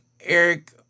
Eric